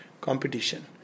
competition